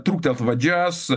truktelt vadžias